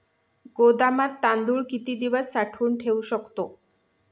गोदामात तांदूळ किती दिवस साठवून ठेवू शकतो?